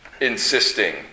insisting